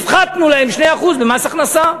הפחתנו להם 2% במס הכנסה.